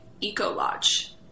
eco-lodge